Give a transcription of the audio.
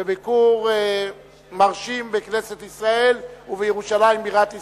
וביקור מרשים בכנסת ישראל ובירושלים בירת ישראל.